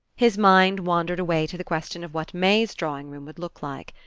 his mind wandered away to the question of what may's drawing-room would look like.